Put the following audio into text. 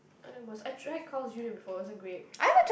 and I must I tried Carl's-Junior before it wasn't great